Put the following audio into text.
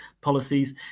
policies